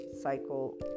cycle